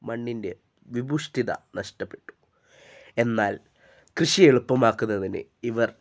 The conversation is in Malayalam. മണ്ണിൻ്റെ വിഭുഷ്ഠിത നഷ്ടപ്പെട്ടു എന്നാൽ കൃഷി എളുപ്പമാക്കുന്നതിന് ഇവർ